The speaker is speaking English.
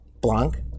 Blanc